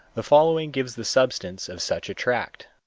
the following gives the substance of such a tract